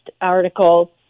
article